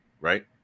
right